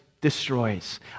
destroys